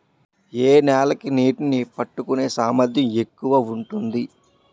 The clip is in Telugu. ఏ నేల కి నీటినీ పట్టుకునే సామర్థ్యం ఎక్కువ ఉంటుంది?